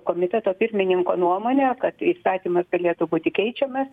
komiteto pirmininko nuomonė kad įstatymas galėtų būti keičiamas